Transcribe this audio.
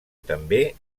també